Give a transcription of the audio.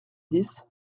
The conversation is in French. dix